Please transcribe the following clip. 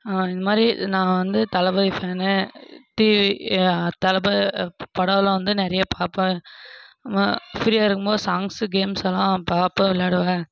அந்தமாதிரி நான் வந்து தளபதி ஃபேன் தளபதி படம்லாம் வந்து நிறையா பார்ப்பேன் ஃப்ரீயாக இருக்கும்போது சாங்ஸு கேம்ஸ் எல்லாம் பார்ப்பேன் விளாடுவேன்